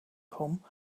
come